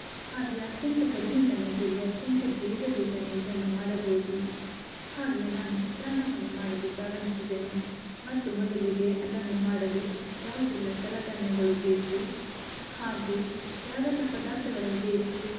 ಹಾಗೆ ಅತ್ಯಂತ ಕಡಿಮೆ ಸಮಯದಲ್ಲಿ ಅತ್ಯಂತ ಬೇಗ ಬೇಗನೆ ಇದನ್ನು ಮಾಡಬೌದು ಹಾಗೆ ನಾನು ಚಿತ್ರಾನ್ನವನ್ನು ಮಾಡಲು ಪ್ರಾರಂಭಿಸಿದೆನು ಮತ್ತು ಮೊದಲಿಗೆ ಅದನ್ನು ಮಾಡಲು ಯಾವುದೆಲ್ಲ ಸಲಕರಣೆಗಳು ಬೇಕು ಹಾಗೂ ಯಾವೆಲ್ಲ ಪದಾರ್ಥಗಳು ಬೇಕು